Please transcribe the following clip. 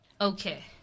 Okay